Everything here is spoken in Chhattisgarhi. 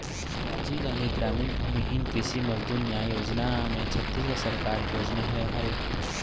राजीव गांधी गरामीन भूमिहीन कृषि मजदूर न्याय योजना ह छत्तीसगढ़ सरकार के योजना हरय